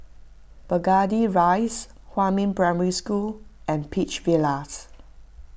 Burgundy Rise Huamin Primary School and Peach Villas